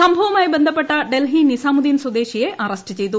സംഭവുമായി ബന്ധപ്പെട്ട ഡൽഹി നിസാമുദീൻ സ്വദേശിയെ അറസ്റ്റ് ചെയ്തു